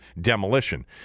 demolition